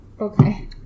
Okay